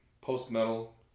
post-metal